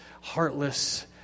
heartless